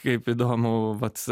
kaip įdomu vat